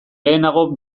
lehenago